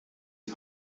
die